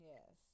Yes